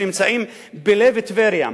שנמצאים בלב טבריה.